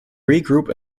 regroup